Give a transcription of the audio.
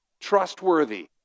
trustworthy